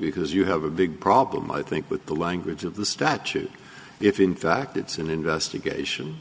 because you have a big problem i think with the language of the statute if in fact it's an investigation